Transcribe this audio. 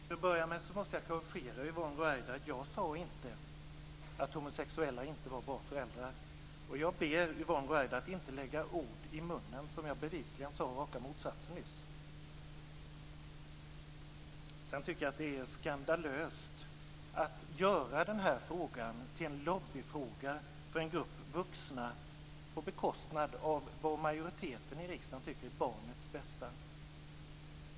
Fru talman! Till att börja med måste jag korrigera Yvonne Ruwaida. Jag sade inte att homosexuella inte var bra föräldrar, och jag ber Yvonne Ruwaida att inte lägga ord i munnen på mig, eftersom jag bevisligen sade raka motsatsen nyss. Sedan tycker jag att det är skandalöst att göra den här frågan till en lobbyfråga för en grupp vuxna på bekostnad av vad majoriteten i riksdagen tycker är barnens bästa.